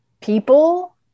people